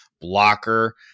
blocker